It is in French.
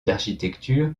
d’architecture